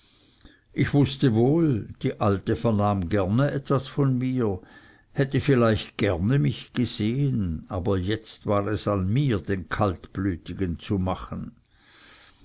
ich wußte wohl die alte vernahm gerne etwas von mir hätte vielleicht gerne mich gesehen aber jetzt war es an mir den kaltblütigen zu machen